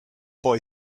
boy